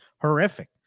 horrific